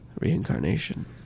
reincarnation